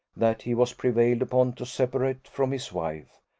that he was prevailed upon to separate from his wife,